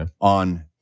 on